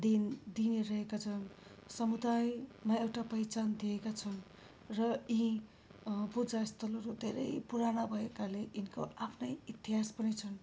then दिइ नै रहेका छन् समुदायमा एउटा पहिचान दिएका छन् र यी पूजा स्थलहरू धेरै पुराना भएकाले यिनको आफ्नै इतिहास पनि छन्